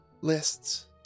Lists